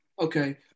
Okay